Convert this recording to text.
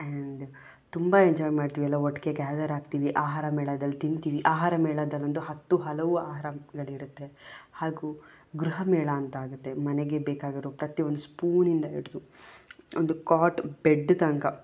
and ತುಂಬ enjoy ಮಾಡ್ತೀವಿ ಎಲ್ಲ ಒಟ್ಟಿಗೆ ಗ್ಯಾದರ್ ಆಗ್ತೀವಿ ಆಹಾರ ಮೇಳದಲ್ಲಿ ತಿಂತೀವಿ ಆಹಾರ ಮೇಳದಲ್ಲಿ ಒಂದು ಹತ್ತು ಹಲವು ಆಹಾರಗಳಿರುತ್ತೆ ಹಾಗೂ ಗೃಹ ಮೇಳ ಅಂತ ಆಗುತ್ತೆ ಮನೆಗೆ ಬೇಕಾಗಿರೋ ಪ್ರತಿ ಒಂದು ಸ್ಪೂನಿಂದ ಹಿಡಿದು ಒಂದು ಕ್ವಾಟ್ ಬೆಡ್ ತನಕ